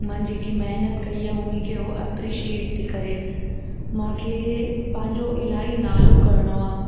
मां जेकी महिनत कई आहे उन खे उहो अप्रीशीएट थी करे मूंखे पंहिंजो इलाही नालो करिणो आहे